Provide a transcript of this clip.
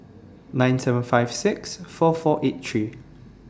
nine seven five six four four eight three